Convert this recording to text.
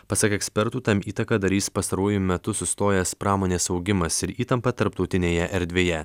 pasak ekspertų tam įtaką darys pastaruoju metu sustojęs pramonės augimas ir įtampa tarptautinėje erdvėje